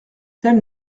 telle